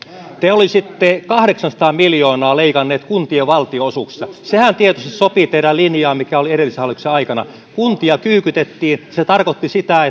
te olisitte kahdeksansataa miljoonaa leikanneet kuntien valtionosuuksista sehän tietysti sopii teidän linjaanne mikä oli edellisen hallituksen aikana kuntia kyykytettiin se tarkoitti sitä